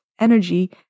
energy